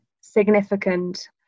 significant